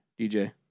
DJ